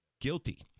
guilty